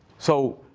so,